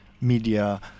media